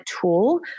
tool